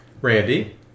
Randy